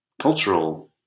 cultural